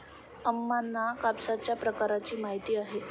अम्मांना कापसाच्या प्रकारांची माहिती आहे